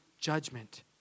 judgment